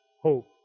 hope